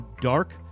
dark